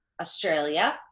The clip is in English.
Australia